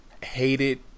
hated